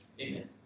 Amen